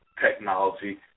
Technology